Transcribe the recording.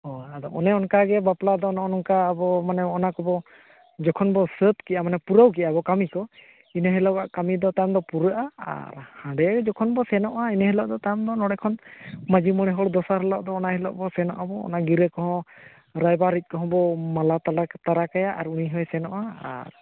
ᱦᱳᱭ ᱟᱫᱚ ᱚᱱᱮ ᱚᱱᱠᱟᱜᱮ ᱵᱟᱯᱞᱟᱫᱚ ᱱᱚᱜ ᱚ ᱱᱚᱝᱠᱟ ᱟᱵᱚ ᱢᱟᱱᱮ ᱚᱱᱟᱠᱚᱵᱚ ᱡᱚᱠᱷᱚᱱᱵᱚ ᱥᱟᱹᱛ ᱠᱮᱫᱼᱟ ᱢᱟᱱᱮ ᱯᱩᱨᱟᱹᱣ ᱠᱮᱫᱼᱟᱵᱚ ᱠᱟᱹᱢᱤ ᱠᱚ ᱤᱱᱟᱹ ᱦᱤᱞᱳᱜᱼᱟ ᱠᱟᱹᱢᱤᱫᱚ ᱛᱟᱢ ᱫᱚ ᱯᱩᱨᱟᱹᱜᱼᱟ ᱟᱨ ᱦᱟᱰᱮ ᱡᱚᱠᱷᱚᱱᱵᱚ ᱥᱮᱱᱚᱜᱼᱟ ᱤᱱᱟᱹ ᱦᱤᱞᱳᱜᱫᱚ ᱛᱟᱢ ᱱᱚᱸᱰᱮ ᱠᱷᱚᱱ ᱢᱟᱺᱡᱷᱤ ᱢᱚᱬᱮ ᱦᱚᱲ ᱫᱚᱥᱟᱨ ᱦᱤᱞᱳᱜ ᱫᱚ ᱚᱱᱟ ᱦᱤᱞᱳᱜᱵᱚ ᱥᱚᱱᱚᱜ ᱟᱵᱚ ᱚᱱᱟ ᱜᱤᱨᱟᱹ ᱠᱚᱦᱚᱸ ᱨᱟᱭᱵᱟᱨᱤᱡ ᱠᱚᱦᱚᱸ ᱵᱚ ᱢᱟᱞᱟ ᱛᱟᱞᱟ ᱛᱟᱨᱟᱠᱟᱭᱟ ᱟᱨ ᱩᱱᱤᱦᱚᱭ ᱥᱮᱱᱚᱜᱼᱟ ᱟᱨ